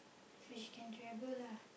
see if she can travel lah